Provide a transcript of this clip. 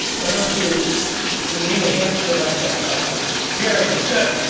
why don't you lean against her like that, like a pyramid good.